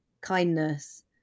kindness